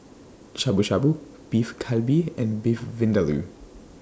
Shabu Shabu Beef Galbi and Beef Vindaloo